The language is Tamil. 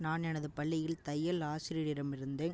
நான் எனது பள்ளியில் தையல் ஆசிரியரிடமிருந்து